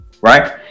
Right